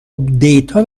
دیتا